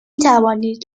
توانید